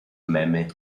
memy